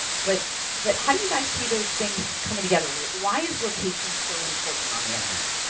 but but how do you guys see those things coming together? why is location so important on the internet?